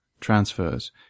transfers